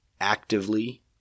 actively